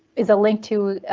is a link to